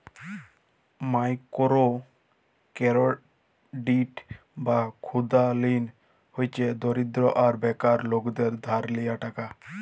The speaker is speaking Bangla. মাইকোরো কেরডিট বা ক্ষুদা ঋল হছে দরিদ্র আর বেকার লকদের ধার লিয়া টাকা